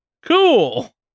Cool